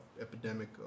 epidemic